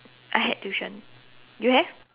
I had tuition you have